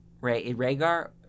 Rhaegar